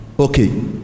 Okay